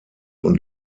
und